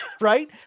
right